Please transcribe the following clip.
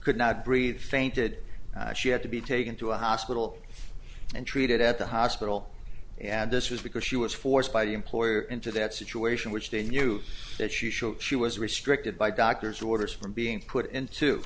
could not breathe fainted she had to be taken to a hospital and treated at the hospital and this was because she was forced by the employer into that situation which they knew that she should she was restricted by doctor's orders from being put into